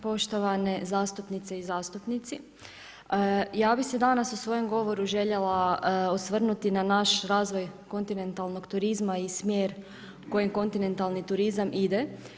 Poštovane zastupnice i zastupnici, ja bi se danas u svojem govoru željela osvrnuti na naš razvoj kontinentalnog turizma i smjer kojim kontinentalni turizam ide.